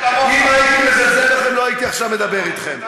אם הייתי מזלזל בכם לא הייתי עכשיו מדבר אתכם.